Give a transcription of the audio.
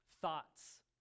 thoughts